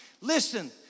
Listen